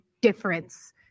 difference